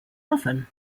oven